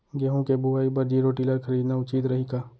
गेहूँ के बुवाई बर जीरो टिलर खरीदना उचित रही का?